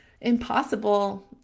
impossible